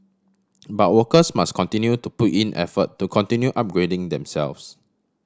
but workers must continue to put in effort to continue upgrading themselves